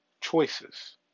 choices